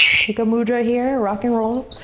take a mudra here, rock and roll.